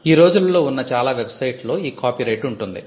ఈ రోజులలో ఉన్న చాలా వెబ్సైట్లలో ఈ కాపీరైట్ ఉంటుంది